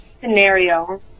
scenario